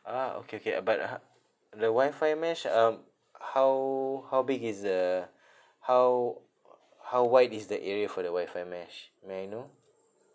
ah okay okay uh but ha~ the wifi mesh um how how big is the how how wide is the area for the wifi mesh may I know